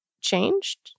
changed